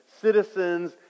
citizens